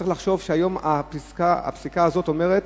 צריך לחשוב שהיום הפסיקה הזאת אומרת,